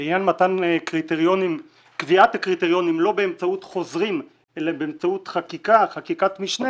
לעניין קביעת קריטריונים לא באמצעות חוזרים אלא באמצעות חקיקת משנה,